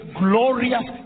glorious